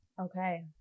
okay